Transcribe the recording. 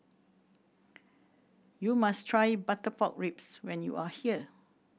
you must try butter pork ribs when you are here